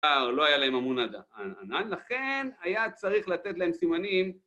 ‫לא היה להם עמוד ענן. ‫לכן היה צריך לתת להם סימנים.